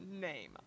name